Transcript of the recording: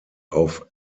auf